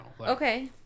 Okay